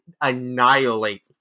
annihilate